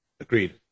Agreed